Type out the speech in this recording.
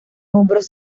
hombros